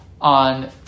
on